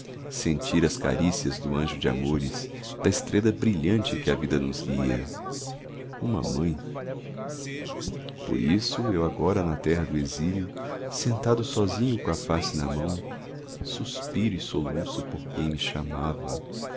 sentir as carícias do anjo de amores da estrela brilhante que a vida nos guia uma mãe por isso eu agora na terra do exílio sentado sozinho coa face na mão suspiro e soluço por quem me chamava